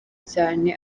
cyane